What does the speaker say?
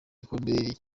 igikombe